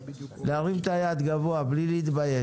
להרים את היד גבוה בלי להתבייש.